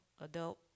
adult